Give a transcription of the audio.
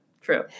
True